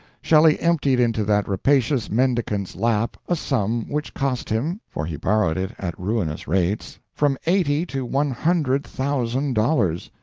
shelley emptied into that rapacious mendicant's lap a sum which cost him for he borrowed it at ruinous rates from eighty to one hundred thousand dollars.